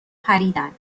پریدن